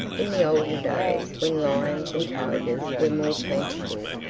in the olden days when lions and tigers were more plentiful,